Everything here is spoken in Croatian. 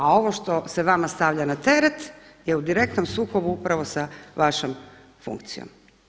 A ovo što se vama stavlja na teret je u direktnom sukobu upravo sa vašom funkcijom.